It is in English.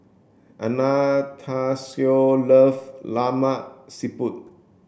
Anastacio love Lemak Siput